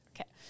Okay